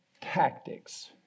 tactics